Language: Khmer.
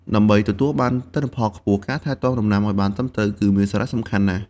ដើម្បីទទួលបានទិន្នផលខ្ពស់ ការថែទាំដំណាំឱ្យបានត្រឹមត្រូវគឺមានសារៈសំខាន់ណាស់។